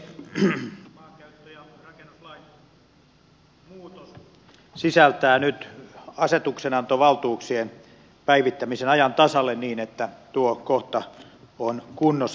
maankäyttö ja rakennuslain muutos sisältää nyt asetuksenantovaltuuksien päivittämisen ajan tasalle niin että tuo kohta on kunnossa